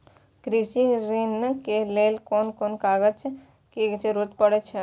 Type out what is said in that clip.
कृषि ऋण के लेल कोन कोन कागज के जरुरत परे छै?